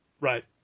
Right